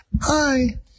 Hi